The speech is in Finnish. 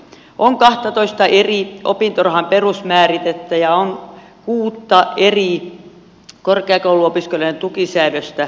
on kahtatoista eri opintorahan perusmääritettä ja on kuutta eri korkeakouluopiskelijoiden tukisäädöstä